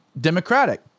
democratic